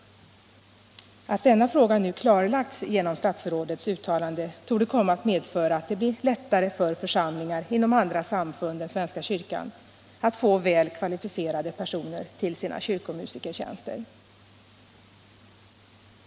Att denna fråga nu klarlagts genom statsrådets uttalande torde komma att medföra att det blir lättare för församlingar inom andra samfund än svenska kyrkan att få väl kvalificerade personer till sina kyrkomusikertjänster.